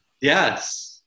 Yes